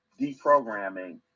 deprogramming